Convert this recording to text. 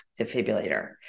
defibrillator